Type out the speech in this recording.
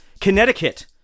Connecticut